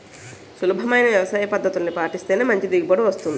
సులభమైన వ్యవసాయపద్దతుల్ని పాటిస్తేనే మంచి దిగుబడి వస్తుంది